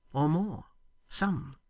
or more some,